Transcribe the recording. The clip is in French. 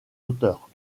auteurs